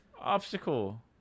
obstacle